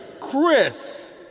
Chris